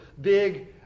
big